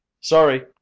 Sorry